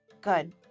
Good